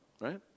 right